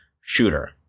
shooter